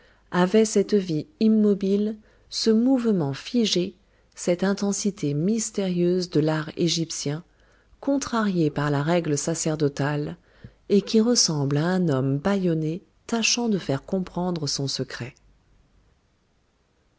avaient cette vie immobile ce mouvement figé cette intensité mystérieuse de l'art égyptien contrarié par la règle sacerdotale et qui ressemble à un homme bâillonné tâchant de faire comprendre son secret